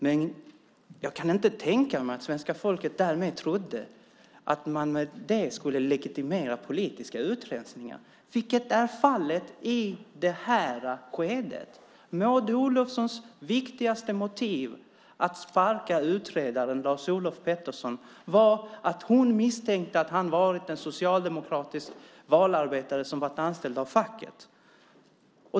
Men jag kan inte tänka mig att svenska folket därmed trodde att man med det skulle legitimera politiska utrensningar, vilket är fallet i detta skede. Maud Olofssons viktigaste motiv att sparka utredaren Lars-Olof Pettersson var att hon misstänkte att han varit en socialdemokratisk valarbetare som hade varit anställd av facket.